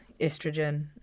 estrogen